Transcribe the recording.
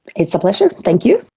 it's a pleasure, thank you.